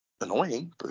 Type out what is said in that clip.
annoying